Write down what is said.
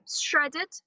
shredded